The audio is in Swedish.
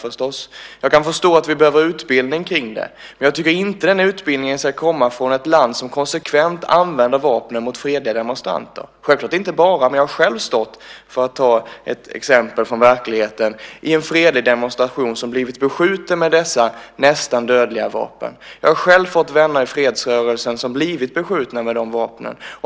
Jag kan också förstå att vi behöver utbildning kring det, men jag tycker inte att den utbildningen ska komma från ett land som konsekvent använder vapnen mot fredliga demonstranter. Självklart gäller det inte endast dem, men jag har själv stått - för att ta ett exempel från verkligheten - i en fredlig demonstration som blivit beskjuten med dessa nästan dödliga vapen. Jag har vänner i fredsrörelsen som blivit beskjutna med sådana vapnen.